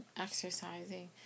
exercising